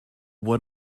what